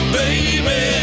baby